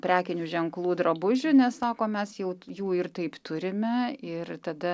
prekinių ženklų drabužių nes sako mes jau jų ir taip turime ir tada